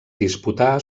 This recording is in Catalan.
disputà